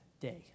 day